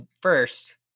first